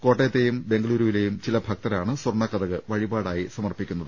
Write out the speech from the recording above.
കോട്ടയത്തെയും ബെങ്കലുരൂവിലെയും ചില ഭക്തരാണ് സ്വർണ കതക് വഴിപാടായി സമർപ്പിക്കുന്നത്